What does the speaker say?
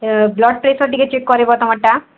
ଏଁ blood ପ୍ରସେର୍ଟା ଟିକେ check କରେଇବ ତମର୍ଟା